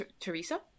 Teresa